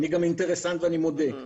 אני גם אינטרסנט ואני מודה,